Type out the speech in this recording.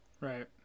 right